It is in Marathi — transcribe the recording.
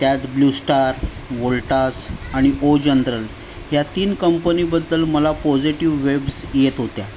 त्यात ब्ल्यूस्टार वोल्टास आणि ओ जनरल ह्या तीन कंपनीबद्दल मला पॉझिटिव्ह वेब्स येत होत्या